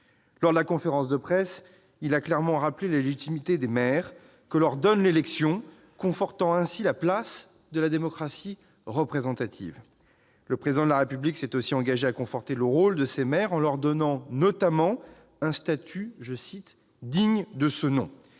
de sa conférence de presse, il a clairement rappelé la légitimité que donne l'élection aux maires, confortant ainsi la place de la démocratie représentative. Le Président de la République s'est aussi engagé à renforcer le rôle des maires, notamment en leur donnant un statut « digne de ce nom ».